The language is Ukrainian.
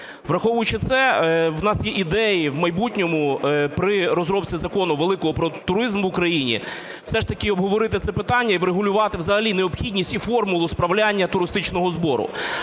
Враховуючи це, у нас є ідеї в майбутньому при розробці закону великого про туризм в Україні все ж таки обговорити це питання і врегулювати взагалі необхідність і формулу справляння туристичного збору.